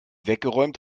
weggeräumt